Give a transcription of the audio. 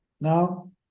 now